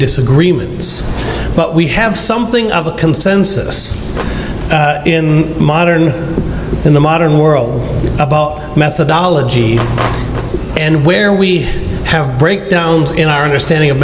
disagreements but we have something of a consensus in modern in the modern world about methodology and where we have breakdowns in our understanding of